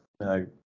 No